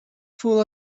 full